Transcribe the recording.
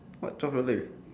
what twelve dollar